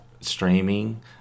streaming